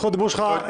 זכות הדיבור שלך,